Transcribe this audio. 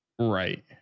Right